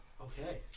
Okay